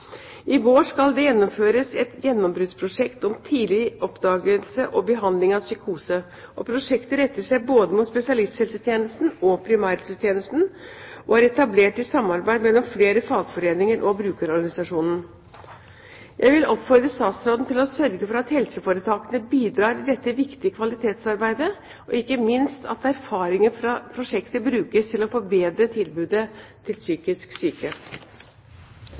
I vår skal det gjennomføres et gjennombruddsprosjekt om tidlig oppdagelse og behandling av psykose. Prosjektet retter seg både mot spesialisthelsetjenesten og primærhelsetjenesten og er etablert i samarbeid mellom flere fagforeninger og brukerorganisasjoner. Jeg vil oppfordre statsråden til å sørge for at helseforetakene bidrar i dette viktige kvalitetsarbeidet, og ikke minst at erfaringene fra prosjektet brukes til å forbedre tilbudet til psykisk syke.